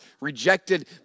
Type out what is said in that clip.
rejected